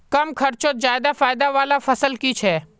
कम खर्चोत ज्यादा फायदा वाला फसल की छे?